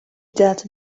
that